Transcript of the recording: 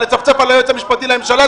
לצפצף על היועץ המשפטי לממשלה,